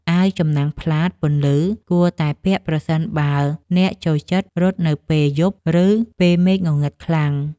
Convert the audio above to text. អាវចំណាំងផ្លាតពន្លឺ គួរតែពាក់ប្រសិនបើអ្នកចូលចិត្តរត់នៅពេលយប់ ឬពេលមេឃងងឹតខ្លាំង។